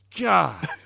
God